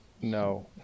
no